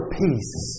peace